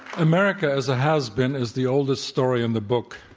america as a has-been is the oldest story in the book.